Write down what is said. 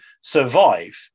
survive